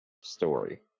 story